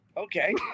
Okay